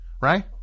Right